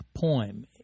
poem